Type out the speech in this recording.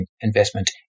investment